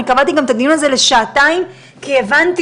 אני קבעתי את הדיון הזה לשעתיים כי הבנתי